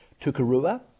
Tukarua